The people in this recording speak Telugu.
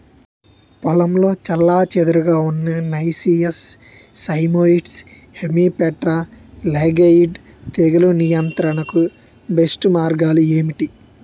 పొలంలో చెల్లాచెదురుగా ఉన్న నైసియస్ సైమోయిడ్స్ హెమిప్టెరా లైగేయిడే తెగులు నియంత్రణకు బెస్ట్ మార్గాలు ఏమిటి?